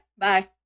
bye